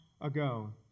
ago